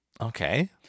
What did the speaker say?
Okay